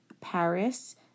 Paris